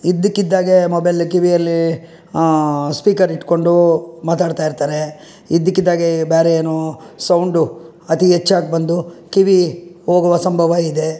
ಇದ್ದಕ್ಕಿದ್ದಾಗೆ ಮೊಬೈಲ್ ಕಿವಿಯಲ್ಲಿ ಸ್ಪೀಕರ್ ಇಟ್ಟುಕೊಂಡು ಮಾತಾಡ್ತಾ ಇರ್ತಾರೆ ಇದ್ದಕ್ಕಿದ್ದಾಗೆ ಬೇರೆ ಏನೋ ಸೌಂಡು ಅತಿ ಹೆಚ್ಚಾಗಿ ಬಂದು ಕಿವಿ ಹೋಗುವ ಸಂಭವ ಇದೆ